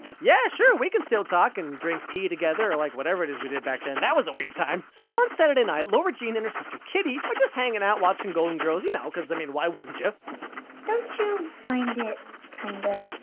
yeah, sure we can still talk and drink pee together like whatever it is we did back then, that was a weird time! so one saturday night lara jean and her sister kitty are just hanging out watching golden girls, you know, cause i mean, why wouldn't you? kitty don't you find it kind of.